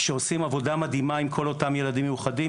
יש מלא תוכניות לילדים,